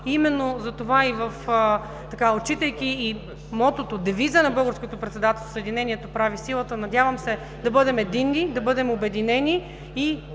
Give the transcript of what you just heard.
Именно затова, отчитайки и мотото, девиза на българското председателство „Съединението прави силата“, надявам се, да бъдем единни, да бъдем обединени и